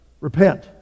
Repent